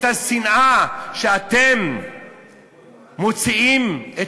את השנאה שאתם מוציאים,